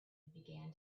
began